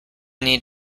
need